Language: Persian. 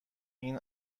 این